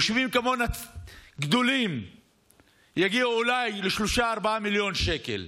יישובים גדולים יגיעו אולי ל-3, 4 מיליון שקל.